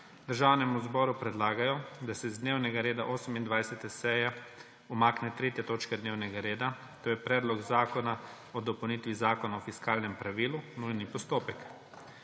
Državnemu zboru predlagajo, da se z dnevnega reda 28. seje umakne 3. točka dnevnega reda, to je Predlog zakona o dopolnitvi Zakona o fiskalnem pravilu, nujni postopek.